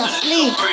sleep